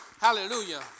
Hallelujah